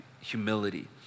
humility